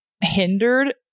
hindered